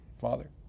Father